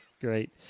Great